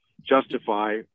justify